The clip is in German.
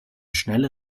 schnelle